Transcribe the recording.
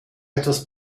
etwas